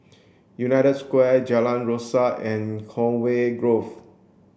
United Square Jalan Rasok and Conway Grove